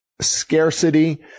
scarcity